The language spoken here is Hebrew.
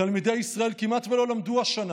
תלמידי ישראל כמעט לא למדו השנה.